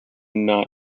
not